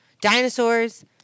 Dinosaurs